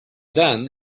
then